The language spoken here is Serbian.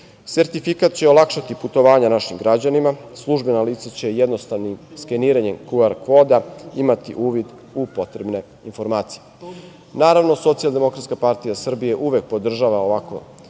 Sertifikat će olakšati putovanja našim građanima, službena lica će jednostavnim skeniranjem kuar-koda imati uvid u potrebne informacije. Naravno, SDPS uvek podržava ovakve